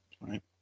right